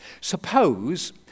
Suppose